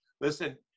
listen